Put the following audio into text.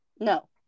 No